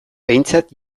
behintzat